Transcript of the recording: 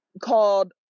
called